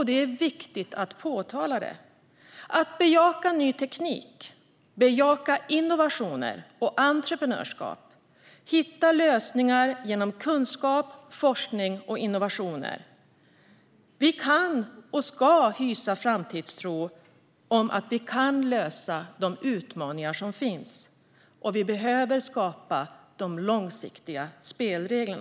Det är viktigt att påpeka detta, att bejaka ny teknik, innovationer och entreprenörskap och att hitta lösningar genom kunskap, forskning och innovationer. Vi kan och ska hysa framtidstro om att vi kan lösa de utmaningar som finns, och vi behöver skapa långsiktiga spelregler.